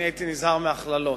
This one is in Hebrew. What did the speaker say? אני הייתי נזהר מהכללות.